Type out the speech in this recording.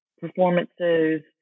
performances